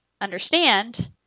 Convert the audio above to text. understand